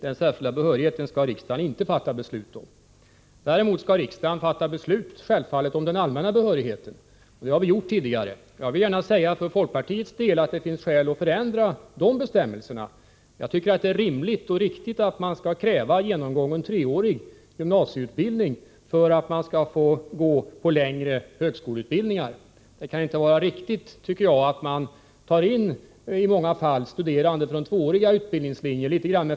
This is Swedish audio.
Den särskilda behörigheten skall riksdagen inte fatta beslut om. Däremot skall riksdagen, självfallet, fatta beslut om den allmänna behörigheten. Det har vi också gjort tidigare. Jag vill för folkpartiets del gärna säga att det finns skäl att förändra bestämmelserna om den allmänna behörigheten. Jag tycker att det är rimligt och riktigt att det skall krävas genomgången treårig gymnasieutbildning för att man skall få gå på längre högskoleutbildningar. Det kan inte vara riktigt att man —litet grand med falska förespeglingar —i många fall tar in studerande från tvååriga utbildningslinjer.